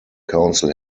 council